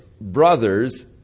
brothers